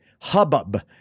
hubbub